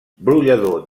brollador